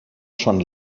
schon